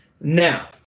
Now